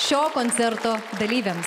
šio koncerto dalyviams